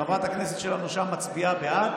חברת הכנסת שלנו שם מצביעה בעד.